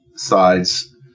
Sides